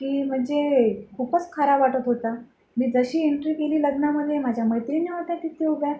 की म्हणजे खूपच खराब वाटत होता मी जशी इंट्री केली लग्नामध्ये माझ्या मैत्रिणी होत्या तिथे उभ्या